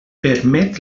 permet